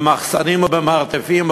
במחסנים ובמרתפים,